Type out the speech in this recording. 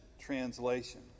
Translation